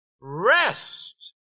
rest